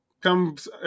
Comes